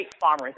farmers